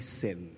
sin